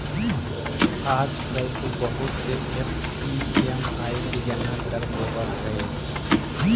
आजकल तो बहुत से ऐपस ई.एम.आई की गणना कर देवअ हई